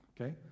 Okay